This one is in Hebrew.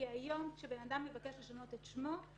כי היום כשבן אדם מבקש לשנות את שמו,